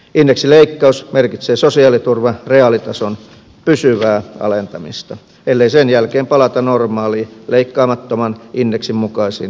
indeksileikkaus merkitsee sosiaaliturvan reaalitason pysyvää alentamista ellei sen jälkeen palata normaaleihin leikkaamattoman indeksin mukaisiin tarkistuksiin